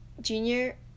Junior